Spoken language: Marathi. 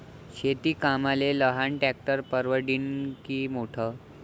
शेती कामाले लहान ट्रॅक्टर परवडीनं की मोठं?